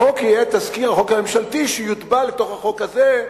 החוק יהיה תזכיר החוק הממשלתי שיוטבע לתוך החוק הזה,